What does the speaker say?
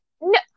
No